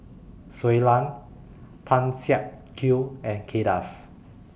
Shui Lan Tan Siak Kew and Kay Das